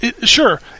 sure